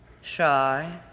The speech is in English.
shy